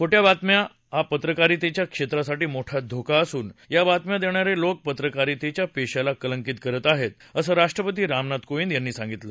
खो ्विंग बातम्या हा पत्रकारितेच्या क्षेत्रासाठी मोठा धोका असून या बातम्या देणारे लोक पत्रकारितेच्या पेशाला कलंकित करत आहेत असं राष्ट्रपती रामनाथ कोविंद यांनी सांगितलं